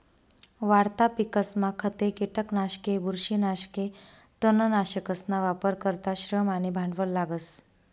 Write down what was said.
वाढता पिकसमा खते, किटकनाशके, बुरशीनाशके, तणनाशकसना वापर करता श्रम आणि भांडवल लागस